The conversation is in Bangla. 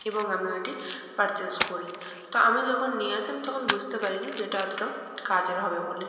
এবং আমি ওইটি পারচেস করি তো আমি যখন নিয়ে আসি আমি তখন বুঝতে পারিনি যে এটা এতটাও কাজের হবে বলে